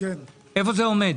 היכן זה עומד?